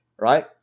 right